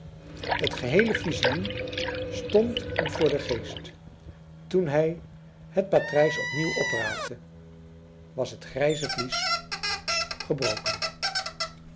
het geheele visioen stond hem voor den geest toen hij het patrijs opnieuw opraapte was het grijze vlies geloken